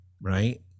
right